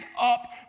up